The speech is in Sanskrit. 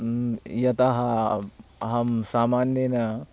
यतः अहं सामान्येन